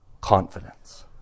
Confidence